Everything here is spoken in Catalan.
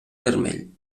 vermell